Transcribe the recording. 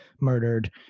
murdered